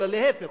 אלא להיפך,